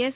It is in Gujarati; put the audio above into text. એસ